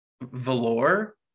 velour